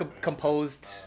Composed